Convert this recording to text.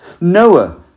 Noah